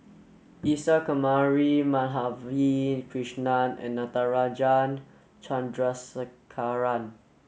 Isa Kamari Madhavi Krishnan and Natarajan Chandrasekaran